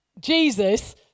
Jesus